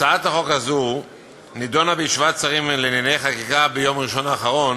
הצעת החוק הזאת נדונה בישיבת שרים לענייני חקיקה ביום ראשון האחרון,